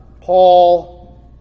Paul